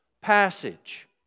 passage